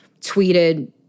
tweeted